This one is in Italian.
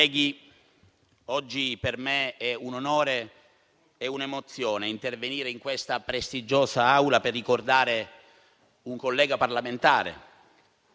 colleghi, oggi per me è un onore e un'emozione intervenire in questa prestigiosa Aula per ricordare un collega parlamentare